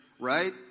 right